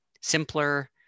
simpler